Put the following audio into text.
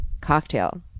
cocktail